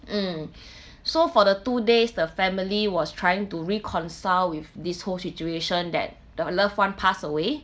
mm so for the two days the family was trying to reconcile with this whole situation that the loved one pass away